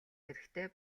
хэрэгтэй